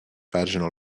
vaginal